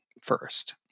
first